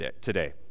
today